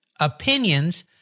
opinions